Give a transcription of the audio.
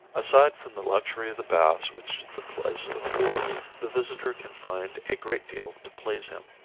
aside from the luxury of the baths which the place affords the visitor can find a great deal to please him.